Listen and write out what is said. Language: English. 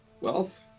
Wealth